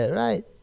right